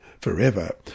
forever